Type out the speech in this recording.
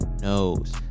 knows